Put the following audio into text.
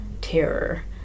terror